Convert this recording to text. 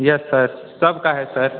yes sir सबका है sir